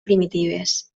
primitives